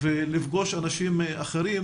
ולפגוש אנשים אחרים